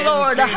Lord